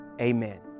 amen